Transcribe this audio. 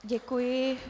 Děkuji.